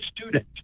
student